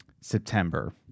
september